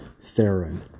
Theron